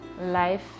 life